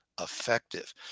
effective